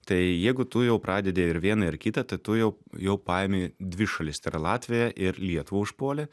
tai jeigu tu jau pradedi ir vieną ir kitą tai tu jau jau paėmė dvi šalis tai yra latviją ir lietuvą užpuolė